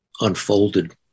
unfolded